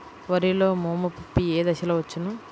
వరిలో మోము పిప్పి ఏ దశలో వచ్చును?